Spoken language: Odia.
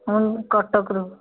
ହଁ କଟକରୁ